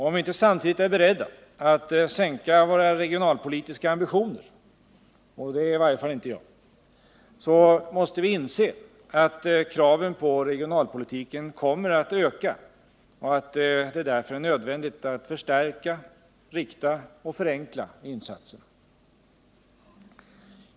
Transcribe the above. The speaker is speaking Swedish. Om vi inte samtidigt är beredda att sänka våra regionalpolitiska ambitioner — och det är i varje fall inte jag — så måste vi inse att kraven på regionalpolitiken kommer att öka och att det därför är nödvändigt att förstärka, rikta och förenkla insatserna.